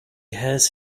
has